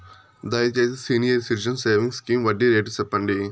దయచేసి senior citizens savings scheme వడ్డీ rate సెప్పండి